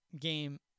game